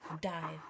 dive